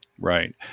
Right